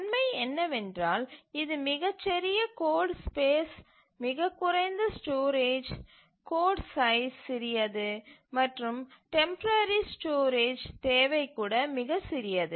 நன்மை என்னவென்றால் இது மிகச் சிறிய கோடு ஸ்பேஸ் மிகக் குறைந்த ஸ்டோரேஜ் கோடு சைஸ் சிறியது மற்றும் டெம்பரரி ஸ்டோரேஜ் தேவை கூட மிகச் சிறியது